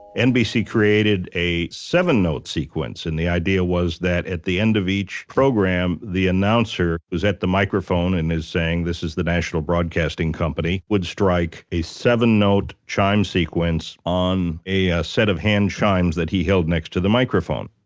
nbc created a seven note sequence. and the idea was that at the end of each program the announcer was at the microphone and was saying this is the national broadcasting company would strike a seven note chime sequence on a a set of handchimes that he held next to the microphone